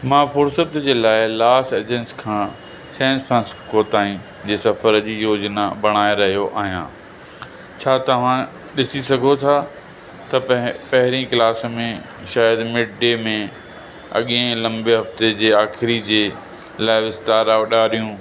मां फ़ुर्सत जे लाइ लास एजंस खां सेन फ़्रासिस्को ताईं जे सफ़र जी योजना बणाए रहियो आहियां छा तव्हां ॾिसी सघो था त पहे पहेरीं क्लास में शायद मिड डे में अॻें लंबे हफ़्ते जे आखिरी जे लाइ विस्तारा उॾारियूं